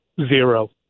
zero